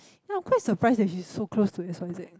ya I'm quite surprised that she so close to X_Y_Z